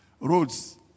Roads